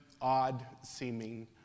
odd-seeming